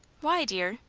why, dear?